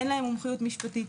אין להם מומחיות משפטית,